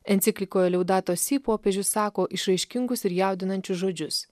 enciklikoje leudato si popiežius sako išraiškingus ir jaudinančius žodžius